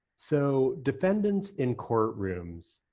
so defendants in courtrooms,